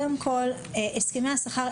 הסכמי השכר,